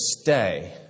stay